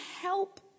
help